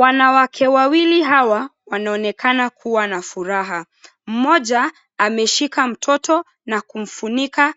Wanawake wawili hawa wanaonekana kuwa na furaha. Mmoja ameshika mtoto na kumfunika